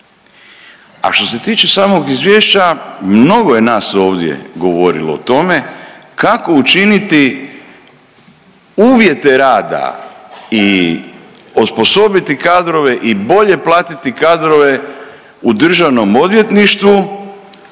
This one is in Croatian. A što se tiče samog izvješća mnogo je nas ovdje govorilo o tome kako učiniti uvjete rada i osposobiti kadrove i bolje platiti kadrove u državnom odvjetništvu